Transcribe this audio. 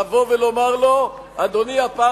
לבוא ולומר לשר הביטחון,